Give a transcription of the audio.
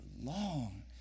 long